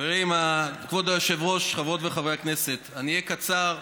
כבוד היושב-ראש, חברות וחברי הכנסת, אני אהיה קצר.